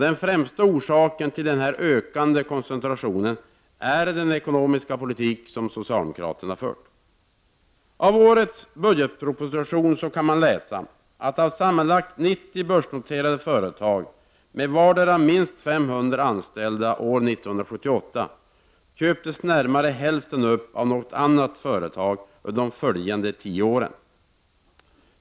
Den främsta orsaken till den ökande koncentrationen är den ekonomiska politik som socialdemokraterna fört. Av årets budgetproposition framgår att av sammanlagt 90 börsnoterade företag med vardera minst 500 anställda år 1978 köptes närmare hälften upp av något annat företag under de följande tio åren.